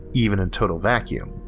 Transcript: even in total vacuum.